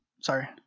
Sorry